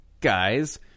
guys